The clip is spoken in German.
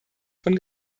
von